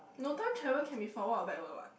no time travel can be forward or backward what